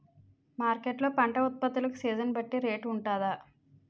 Market లొ పంట ఉత్పత్తి లకు సీజన్ బట్టి రేట్ వుంటుందా?